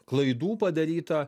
klaidų padaryta